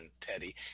Teddy